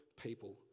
people